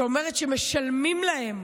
שאומרת שמשלמים להם.